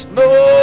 no